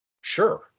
Sure